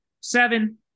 seven